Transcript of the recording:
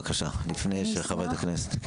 בבקשה, לפני שחברי הכנסת, כן.